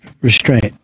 restraint